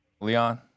Leon